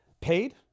Paid